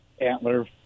Antler